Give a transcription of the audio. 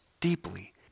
deeply